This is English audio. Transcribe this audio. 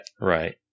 Right